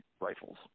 rifles